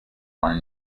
are